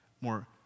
more